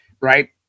Right